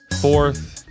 Fourth